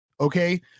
Okay